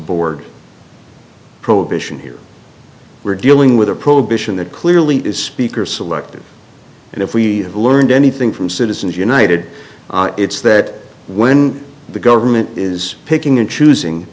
board prohibition here we're dealing with a prohibition that clearly is speaker selective and if we learned anything from citizens united it's that when the government is picking and